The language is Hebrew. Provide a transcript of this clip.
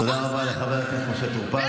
תודה רבה לחבר הכנסת משה טור פז.